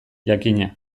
jakina